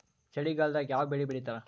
ಚಳಿಗಾಲದಾಗ್ ಯಾವ್ ಬೆಳಿ ಬೆಳಿತಾರ?